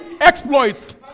exploits